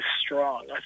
strong